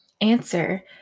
answer